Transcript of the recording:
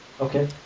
Okay